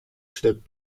stück